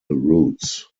routes